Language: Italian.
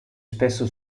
spesso